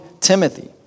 Timothy